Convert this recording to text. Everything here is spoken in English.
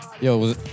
Yo